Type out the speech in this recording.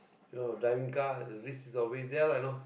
you know driving car the risk is always there lah you know